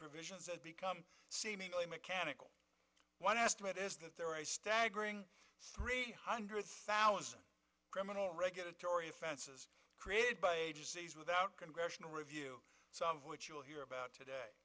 provisions that become seemingly mechanical one estimate is that there are a staggering three hundred thousand criminal regulatory offenses created by without congressional review of which you will hear about today